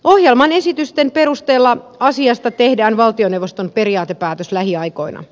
ohjelman esitysten perusteella asiasta tehdään valtioneuvoston periaatepäätös lähiaikoina